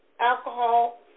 alcohol